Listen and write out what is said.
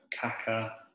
Kaka